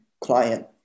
client